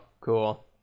cool